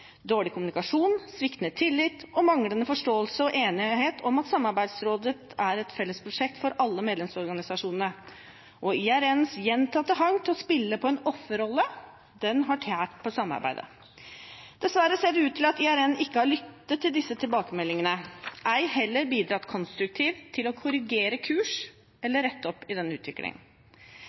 Dårlig kommunikasjon, sviktende tillit, manglende forståelse for og enighet om at Samarbeidsrådet er et fellesprosjekt for alle medlemsorganisasjonene, og IRNs gjentatte hang til å spille på en offerrolle har tært på samarbeidet. Dessverre ser det ut til at IRN ikke har lyttet til disse tilbakemeldingene, ei heller bidratt konstruktivt til å korrigere kurs eller rette opp i denne utviklingen.